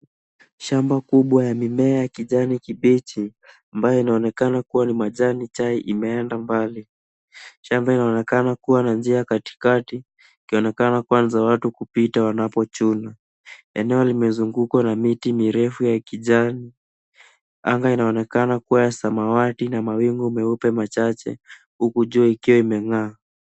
Shamba kubwa ya mimea ya kijani kibichi ambayo inaonekana kuwa ni majani chai imeenda mbali. Shamba linaonekana kuwa na njia katikati ikionekana kwanza watu kupita wanapochuna. Eneo limezungukwa na miti mirefu ya kijani. Anga inaonekana kuwa ya samawati na mawingu meupe machache huku jua ikiwa imeng'aa.